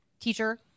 teacher